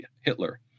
Hitler